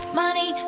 money